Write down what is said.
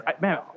man